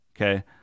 okay